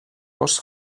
bost